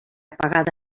apagada